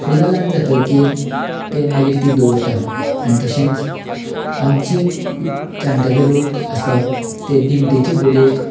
फुलां लावन जातकीर ते मागीर तीं दवरता आनी तशेंच आमचे जाणटेले लोक आसा ते दिमटेची बडयेक